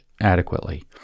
adequately